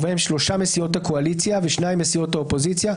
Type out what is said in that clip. ובהם שלושה מסיעות הקואליציה ושניים מסיעות האופוזיציה,